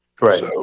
right